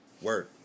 word